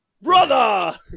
Brother